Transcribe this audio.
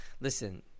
listen